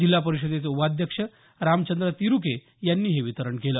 जिल्हा परिषदेचे उपाध्यक्ष रामचंद्र तिरुके यांनी हे वितरण केलं